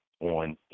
on